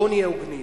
בואו נהיה הוגנים,